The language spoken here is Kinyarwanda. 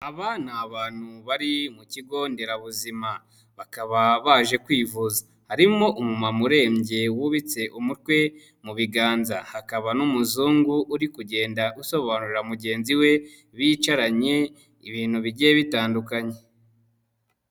Abantu bari mu kigo nderabuzima bakaba baje kwivuza, harimo umumama urembye wubitse umutwe mu biganza hakaba n'umuzungu, uri kugenda usobanurira mugenzi we bicaranye ibintu bigiye bitandukanye.